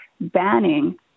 banning